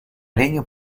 арене